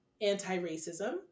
anti-racism